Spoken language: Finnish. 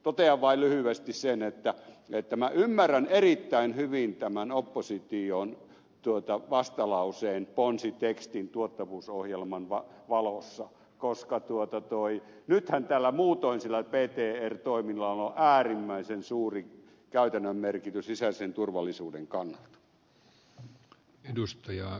totean vain lyhyesti sen että minä ymmärrän erittäin hyvin tämän opposition vastalauseen ponsitekstin tuottavuusohjelman valossa koska nythän tällä ptr toiminnalla muutoin on äärimmäisen suuri käytännön merkitys sisäisen turvallisuuden kannalta